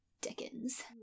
Dickens